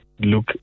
look